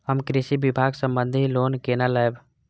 हम कृषि विभाग संबंधी लोन केना लैब?